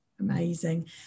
Amazing